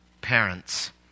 parents